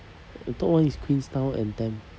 I thought one is queenstown and tamp